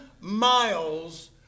miles